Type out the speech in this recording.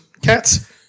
Cats